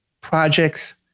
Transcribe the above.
Projects